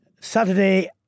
Saturday